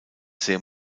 sehr